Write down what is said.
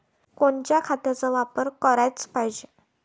कोनच्या खताचा वापर कराच पायजे?